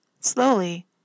Slowly